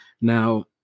Now